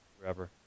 forever